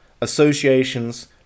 associations